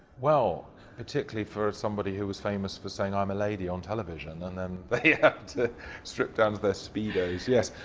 well particularly for somebody who was famous for saying i'm a lady on television and then but he had to strip down to their speedos. yes.